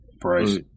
price